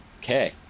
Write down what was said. Okay